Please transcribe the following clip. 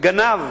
גנב